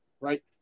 right